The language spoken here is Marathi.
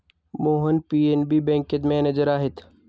मोहन पी.एन.बी बँकेत मॅनेजर आहेत